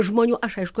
žmonių aš aišku